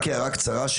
רק הערה קצרה,